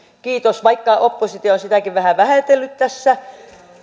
kiitos vaikka oppositio on sitäkin vähän vähätellyt tässä